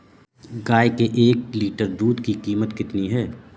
गाय के एक लीटर दूध की कीमत कितनी है?